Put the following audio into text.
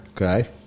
Okay